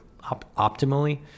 optimally